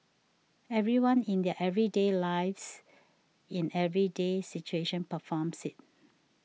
everyone in their everyday lives in everyday situation performs it